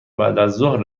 بعدازظهر